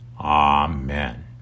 Amen